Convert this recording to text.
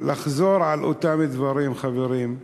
לחזור על אותם דברים, חברים.